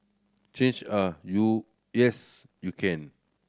change are you yes you can